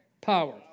power